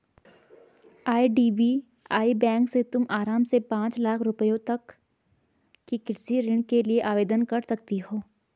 IDBI bank से तुम आराम से पाँच लाख रुपयों तक के कृषि ऋण के लिए आवेदन कर सकती हो